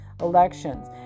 elections